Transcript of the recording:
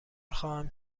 خواهم